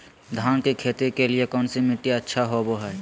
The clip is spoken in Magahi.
धान की खेती के लिए कौन मिट्टी अच्छा होबो है?